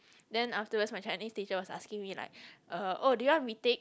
then afterwards my Chinese teacher was asking me like uh oh do you want to retake